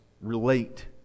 relate